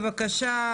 בבקשה,